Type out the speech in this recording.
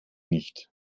nicht